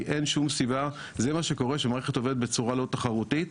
זה מה שקורה כשמערכת עובדת בצורה לא תחרותית.